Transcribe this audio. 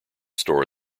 store